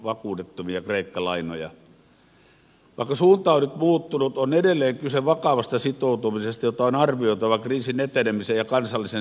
vaikka suunta on nyt muuttunut on edelleen kyse vakavasta sitoutumisesta jota on arvioitava kriisin etenemisen ja kansallisen selviytymisen näkökulmasta